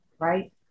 right